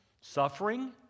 Suffering